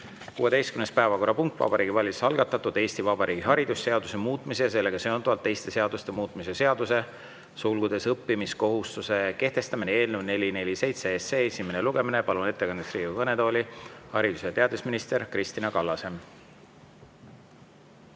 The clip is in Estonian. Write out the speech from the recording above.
16. päevakorrapunkt, Vabariigi Valitsuse algatatud Eesti Vabariigi haridusseaduse muutmise ja sellega seonduvalt teiste seaduste muutmise seaduse (õppimiskohustuse kehtestamine) eelnõu 447 esimene lugemine. Palun ettekandeks Riigikogu kõnetooli haridus‑ ja teadusminister Kristina Kallase.